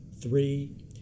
three